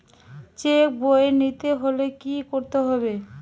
Check বই নিতে হলে কি করতে হবে?